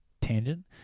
Tangent